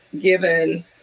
given